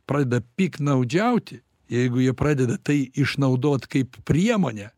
pradeda piktnaudžiauti jeigu jie pradeda tai išnaudot kaip priemonę